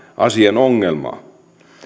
asian ongelmaa